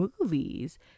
movies